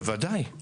בוודאי,